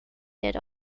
did